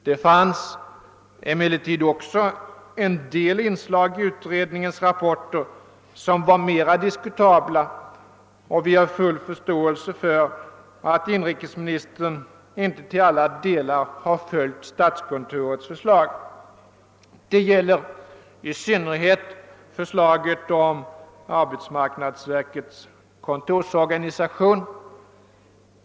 Det fanns emellerid också en del inslag i utredningens rapporter som var mera diskutabla, och vi har full förståelse för att inrikesministern inte till alla delar har följt statskontorets förslag. Det gäller i synnerhet förslaget om = arbetsmarknadsverkets kontorsorganisation.